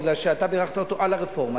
משום שאתה בירכת אותו על הרפורמה.